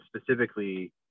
specifically